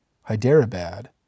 Hyderabad